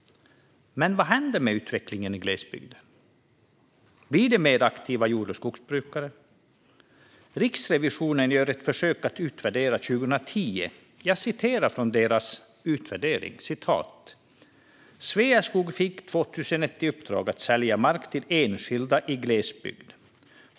Men vad händer med utvecklingen i glesbygden? Blir det mer aktiva jord och skogsbrukare? Riksrevisionen gjorde 2010 ett försök att utvärdera. Jag citerar från deras utvärdering: "Sveaskog fick 2001 i uppdrag att sälja mark till enskilda i glesbygd.